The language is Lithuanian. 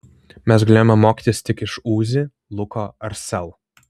mes galėjome mokytis tik iš uzi luko ar sel